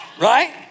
Right